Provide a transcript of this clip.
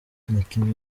umukinnyi